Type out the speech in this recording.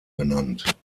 benannt